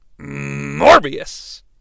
Morbius